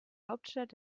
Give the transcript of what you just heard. hauptstadt